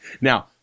Now